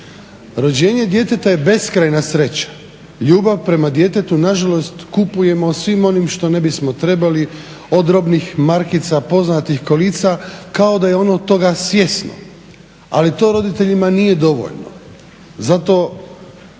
Rođenje djeteta je beskrajna sreća. Ljubav prema djetetu na žalost kupujemo svim onim čime ne bismo trebali – od robnih markica poznatih kolica, kao da je ono toga svjesno. Ali to roditeljima nije dovoljno. Zato